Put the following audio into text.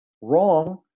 wrong